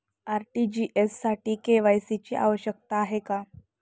RTGS साठी KYC ची आवश्यकता आहे का?